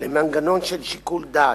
למנגנון של שיקול דעת.